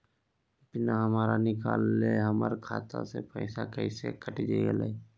बिना हमरा निकालले, हमर खाता से पैसा कैसे कट गेलई?